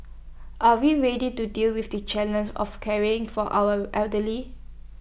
are we ready to deal with the challenges of caring for our elderly